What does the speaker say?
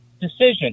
decision